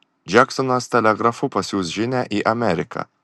džeksonas telegrafu pasiųs žinią į ameriką